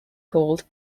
called